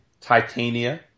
Titania